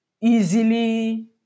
easily